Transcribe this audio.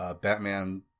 Batman